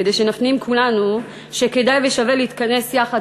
כדי שנפנים כולנו שכדאי ושווה להתכנס יחד,